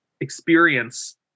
experience